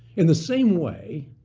in the same way,